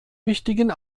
wichtigen